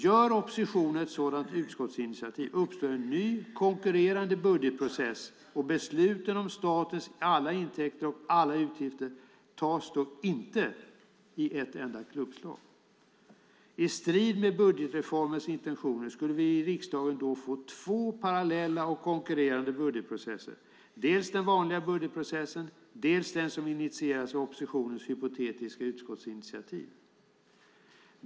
Gör oppositionen ett sådant utskottsinitiativ uppstår en ny, konkurrerande budgetprocess, och besluten om statens alla intäkter och alla utgifter tas då inte i ett enda klubbslag. I strid med budgetreformens intentioner skulle vi i riksdagen då få två parallella och konkurrerande budgetprocesser, dels den vanliga budgetprocessen, dels den som initieras av oppositionens hypotetiska utskottsinitiativ.